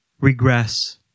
regress